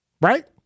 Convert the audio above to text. right